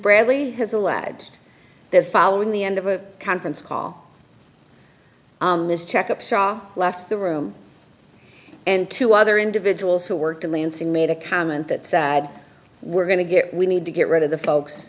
bradley has a lads the following the end of a conference call this check up saw left the room and two other individuals who worked in lansing made a comment that sad we're going to get we need to get rid of the folks